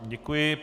Děkuji.